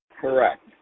Correct